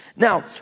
Now